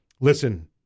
listen